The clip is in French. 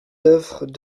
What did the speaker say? œuvres